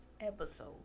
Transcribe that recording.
episode